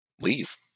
leave